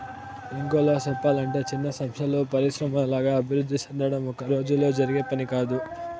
ఇంకోలా సెప్పలంటే చిన్న సంస్థలు పరిశ్రమల్లాగా అభివృద్ధి సెందడం ఒక్కరోజులో జరిగే పని కాదు